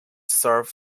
serve